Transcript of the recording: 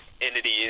entities